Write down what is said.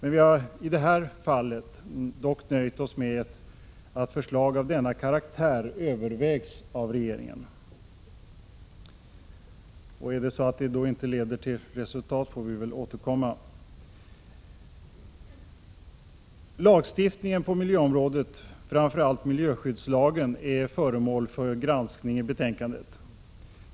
Vi har dock i det här fallet nöjt oss med konstaterandet att förslag av denna karaktär övervägs av regeringen. Om detta inte leder till resultat, får vi väl återkomma. Det konstateras i betänkandet att lagstiftningen på miljöområdet — framför allt gäller det miljöskyddslagen — är föremål för granskning.